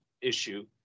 issue